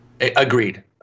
Agreed